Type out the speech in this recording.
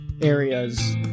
areas